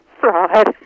fraud